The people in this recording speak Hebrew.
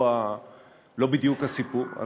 לא בדיוק הסיפור.